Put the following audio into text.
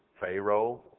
Pharaoh